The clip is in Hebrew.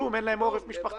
אין להם כלום.